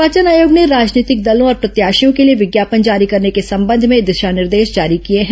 निर्वाचन आयोग ने राजनीतिक दलों और प्रत्याशियों के लिए विज्ञापन जारी करने के संबंध में दिशा निर्देश जारी किए हैं